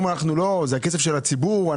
אומרים שזה הכסף של הציבור.